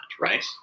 right